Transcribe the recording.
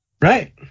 Right